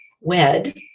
WED